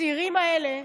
הצעירים האלה,